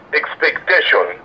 expectation